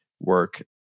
work